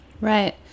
Right